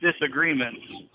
disagreements